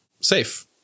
safe